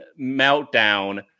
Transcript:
meltdown